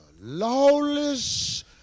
lawless